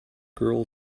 girl